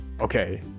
okay